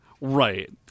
right